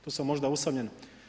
Tu sam možda usamljen.